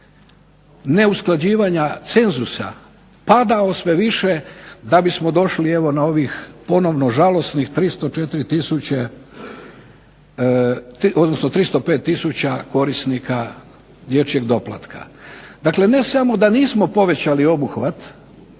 neusklađivanja cenzusa padao sve više da bismo došli evo na ovih ponovno žalosnih 304 tisuće, odnosno 305 tisuća korisnika dječjeg doplatka. Dakle, ne samo da nismo povećali obuhvat